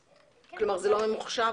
כלומר, זה לא ממוחשב?